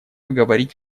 говорить